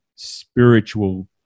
spiritual